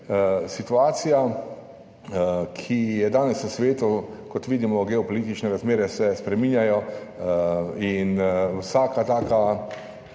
Situacija, ki je danes v svetu, kot vidimo, geopolitične razmere se spreminjajo in vsaka taka,